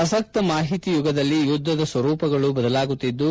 ಪ್ರಸಕ್ತ ಮಾಹಿತಿ ಯುಗದಲ್ಲಿ ಯುದ್ದದ ಸ್ವರೂಪಗಳು ಬದಲಾಗುತ್ತಿದ್ದು